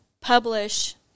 publish